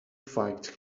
fight